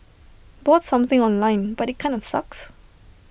bought something online but IT kinda sucks